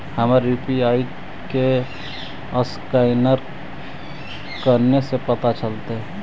हमर यु.पी.आई के असकैनर कने से पता चलतै?